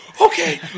okay